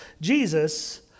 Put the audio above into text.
Jesus